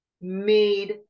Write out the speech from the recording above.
made